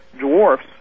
dwarfs